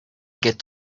get